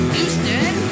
Houston